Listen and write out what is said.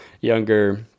younger